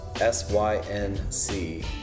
S-Y-N-C